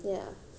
could be